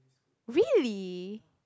really